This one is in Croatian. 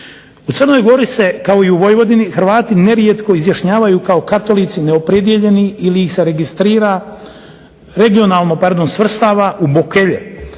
U Crnoj Gori se kao i u Vojvodini Hrvati nerijetko izjašnjavaju kao katolici neopredijeljeni ili ih se registrira, regionalno pardon svrstava u mokele.